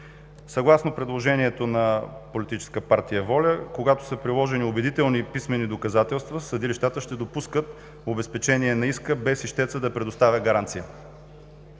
Съгласно предложението на Политическа партия „Воля“, когато са приложени убедителни писмени доказателства, съдилищата ще допускат обезпечение на иска без ищеца да предоставя гаранция.